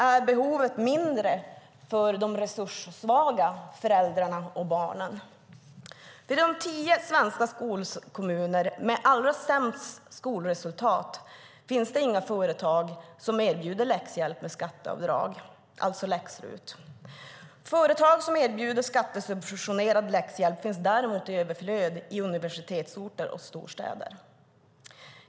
Är behovet mindre för de resurssvaga föräldrarna och barnen? I de tio svenska skolkommuner som har allra sämst skolresultat finns inga företag som erbjuder läxhjälp med skatteavdrag - läx-RUT. Företag som erbjuder skattesubventionerad läxhjälp finns däremot i överflöd på universitetsorter och i storstäder.